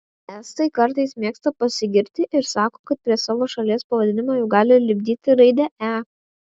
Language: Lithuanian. estai kartais mėgsta pasigirti ir sako kad prie savo šalies pavadinimo jau gali lipdyti raidę e